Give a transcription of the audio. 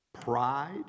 pride